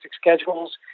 schedules